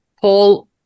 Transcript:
Paul